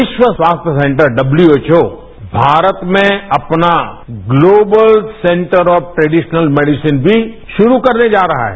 विश्व स्वास्थ्य centre W H O Bharat में अपना global centre of traditional medicine भी शुरू करने जा रहा है